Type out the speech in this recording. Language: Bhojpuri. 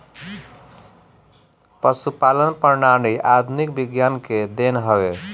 पशुपालन प्रणाली आधुनिक विज्ञान के देन हवे